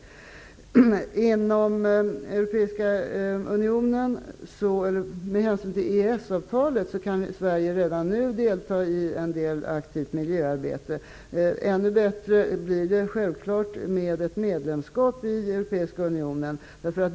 Till följd av EES-avtalet kan Sverige redan nu delta i en del aktivt miljöarbete. Ännu bättre kommer det självfallet att bli med ett medlemskap i den europeiska unionen.